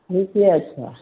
ठीके छै